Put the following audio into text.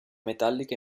metallica